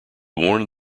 warned